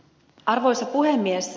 arvoisa puhemies